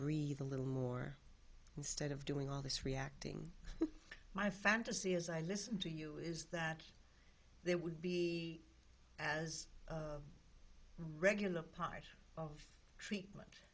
breathe a little more instead of doing all this reacting my fantasy as i listen to you is that there would be as a regular part of treatment